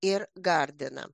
ir gardiną